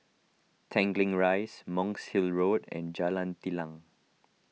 Tanglin Rise Monk's Hill Road and Jalan Telang